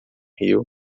rio